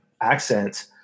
accent